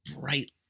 bright